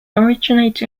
originate